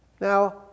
Now